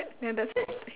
ya that's it